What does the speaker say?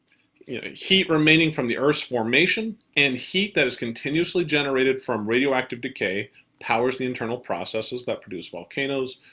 yeah heat remaining from the earth's formation and heat that is continuously generated from radioactive decay powers the internal processes that produce volcanoes,